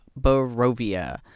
Barovia